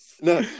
No